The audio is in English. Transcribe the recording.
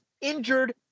injured